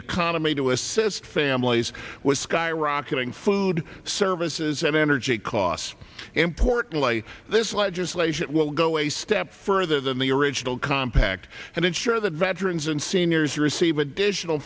economy to assist families with skyrocketing food services and energy costs importantly this legislation will go a step further than the original compact and ensure that veterans and seniors receive additional